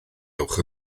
ewch